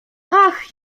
ach